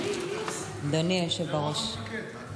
אדוני היושב בראש, זאת רוח המפקד.